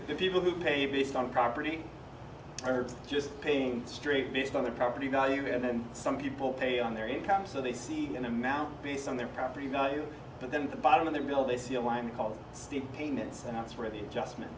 do people who pay based on property are just paying straight based on the property value and then some people pay on their income so they see in a manner based on their property value but then the bottom of their bill they see a line called state payments and that's where the adjustment